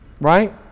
Right